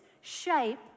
shape